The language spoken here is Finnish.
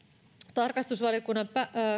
tarkastusvaliokunnan